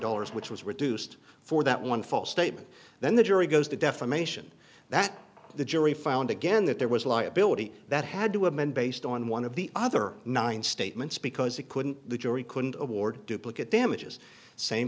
dollars which was reduced for that one false statement then the jury goes to defamation that the jury found again that there was a liability that had to amend based on one of the other nine statements because they couldn't the jury couldn't award duplicate damages same